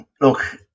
Look